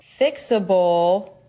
fixable